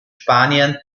spanien